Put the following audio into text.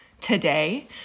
today